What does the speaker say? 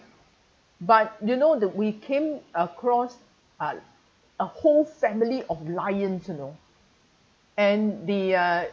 but you know the we came across uh a whole family of lions you know and the uh